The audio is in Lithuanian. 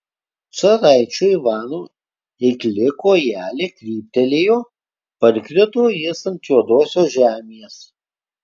caraičio ivano eikli kojelė kryptelėjo parkrito jis ant juodosios žemės